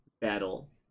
battle